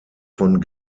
von